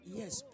yes